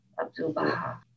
Abdu'l-Baha